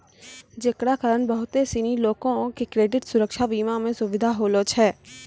जेकरा कारण बहुते सिनी लोको के क्रेडिट सुरक्षा बीमा मे सुविधा होलो छै